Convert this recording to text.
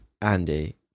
Andy